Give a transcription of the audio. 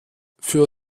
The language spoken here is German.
für